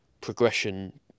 progression